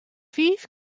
fiif